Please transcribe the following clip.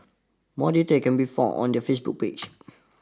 more details can be found on their Facebook page